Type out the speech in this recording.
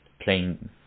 playing